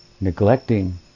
Neglecting